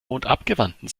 mondabgewandten